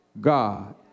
God